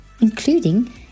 including